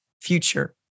future